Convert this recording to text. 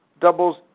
Doubles